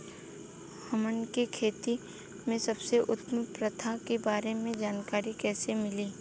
हमन के खेती में सबसे उत्तम प्रथा के बारे में जानकारी कैसे मिली?